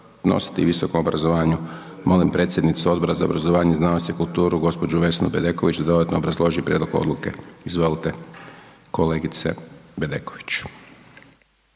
i visokom obrazovanju. Molim predsjednicu Odbora za obrazovanje, znanost i kulturu gospođu Vesnu Bedeković da dodatno obrazloži prijedlog odluke. Izvolite kolegice Bedeković.